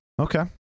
Okay